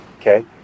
okay